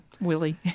Willie